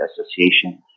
Association